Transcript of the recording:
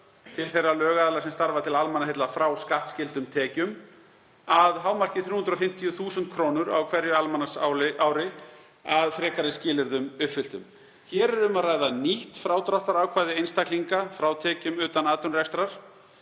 til þeirra lögaðila sem starfa til almannaheilla frá skattskyldum tekjum, að hámarki 350.000 kr. á hverju almanaksári, að frekari skilyrðum uppfylltum. Um er að ræða nýtt frádráttarákvæði einstaklinga frá tekjum utan atvinnurekstrar